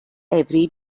every